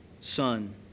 Son